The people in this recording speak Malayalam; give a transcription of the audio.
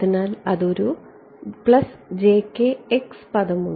അതിനാൽ അതിന് ഒരു പദം ഉണ്ട്